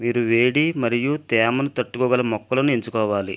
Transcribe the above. వీరు వేడి మరియు తేమను తట్టుకోగల మొక్కలను ఎంచుకోవాలి